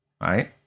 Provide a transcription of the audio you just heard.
right